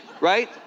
right